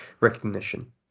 recognition